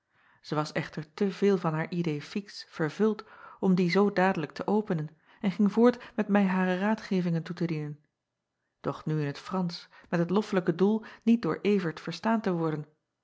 ij was echter te veel van haar idée fixe vervuld om dien zoo dadelijk te openen en ging voort met mij hare raadgevingen toe te dienen doch nu in t ransch met het loffelijke doel niet door vert verstaan te worden